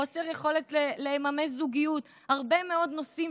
חוסר יכולת לממש זוגיות הרבה מאוד נושאים